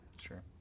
Sure